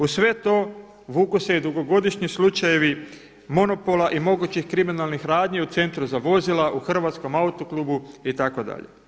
Uz sve to vuku se dugogodišnji slučajevi monopola i mogućih kriminalnih radnji u Centru za vozila u Hrvatskom autoklubu itd.